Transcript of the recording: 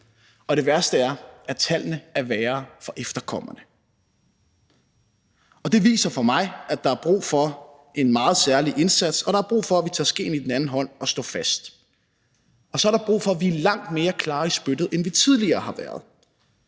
Det værste er, at tallene er værre for efterkommerne. Det viser for mig, at der er brug for en meget særlig indsats, og at der er brug for, at vi tager skeen i den anden hånd og står fast, og så er der brug for, at vi er langt mere klare i spyttet, end vi tidligere har været.